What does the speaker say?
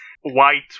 white